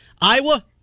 Iowa